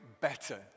better